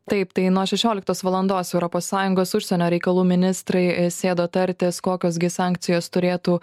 taip tai nuo šešioliktos valandos europos sąjungos užsienio reikalų ministrai sėdo tartis kokios gi sankcijos turėtų